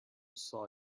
saw